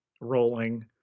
rolling